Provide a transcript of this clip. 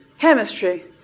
chemistry